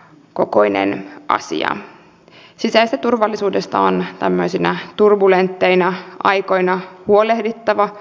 sitten näistä käyttökohteista tulee mieleen ainakin pienyrittäjät sillä tiukka byrokratia ja paperirumba kuormittavat